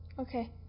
Okay